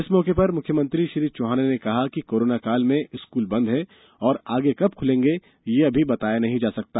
इस मौके पर मुख्यमंत्री श्री चौहान ने कहा कि कोरोना काल में स्कूल बंद हैं और आगे कब खुलेंगे यह अभी बताया नहीं जा सकता